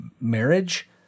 marriage